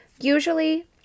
usually